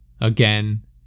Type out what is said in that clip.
Again